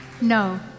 no